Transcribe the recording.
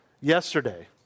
yesterday